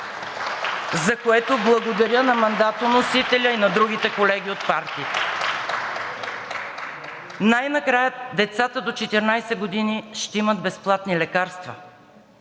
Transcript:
за което благодаря на мандатоносителя и на другите колеги от партиите. Най-накрая децата до 14 години ще имат безплатни лекарства,